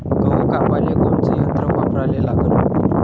गहू कापाले कोनचं यंत्र वापराले लागन?